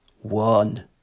one